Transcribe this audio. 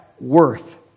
worth